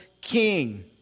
king